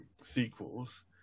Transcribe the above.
sequels